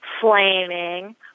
flaming